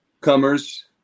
comers